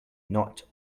not